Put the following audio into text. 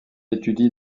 étudie